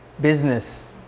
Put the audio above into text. business